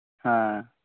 ᱦᱮᱸ